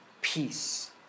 peace